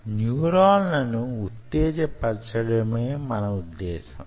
న్యూరాన్ల ను వుత్తేజ పరచడమే మన ఉద్దేశం